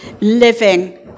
living